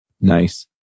Nice